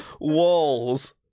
walls